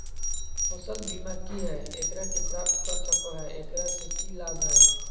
फसल बीमा की है, एकरा के प्राप्त कर सको है, एकरा से की लाभ है?